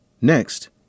Next